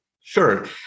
Sure